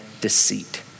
deceit